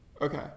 Okay